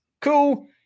Cool